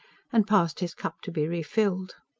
and passed his cup to be refilled.